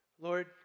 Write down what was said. Lord